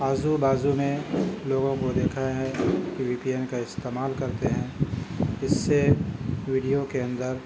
آزو بازو میں لوگوں کو دیکھا ہے کہ وی پی این کا استعمال کرتے ہیں اس سے ویڈیو کے اندر